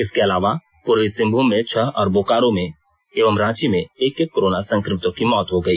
इसके अलावा पूर्वी सिंहभूम में छह और बोकारो एवं रांची में एक एक कोरोना संक्रमित की मौत हो गई